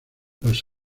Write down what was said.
los